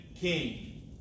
king